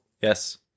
Yes